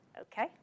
Okay